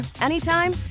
anytime